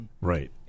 Right